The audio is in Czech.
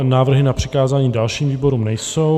Návrhy na přikázání dalším výborům nejsou.